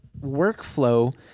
workflow